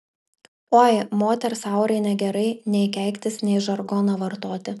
oi moters aurai negerai nei keiktis nei žargoną vartoti